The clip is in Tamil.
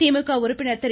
திமுக உறுப்பினர் திரு